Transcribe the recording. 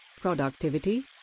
productivity